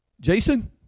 Jason